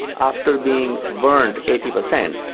after being burned eighty percent.